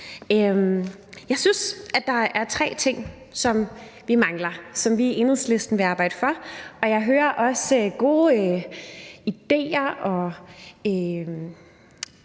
Jeg synes, der er tre ting, vi mangler, og som vi i Enhedslisten vil arbejde for at få, og jeg hører også gode idéer og